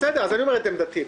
אני אומר את עמדתי.